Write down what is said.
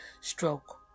stroke